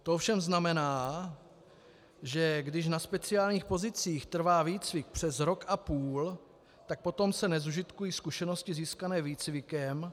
To ovšem znamená, že když na speciálních pozicích trvá výcvik přes rok a půl, tak potom se nezužitkují zkušenosti získané výcvikem.